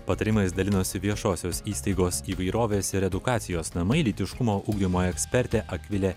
patarimais dalinosi viešosios įstaigos įvairovės ir edukacijos namai lytiškumo ugdymo ekspertė akvilė